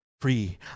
Free